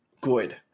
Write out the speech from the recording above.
good